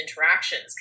interactions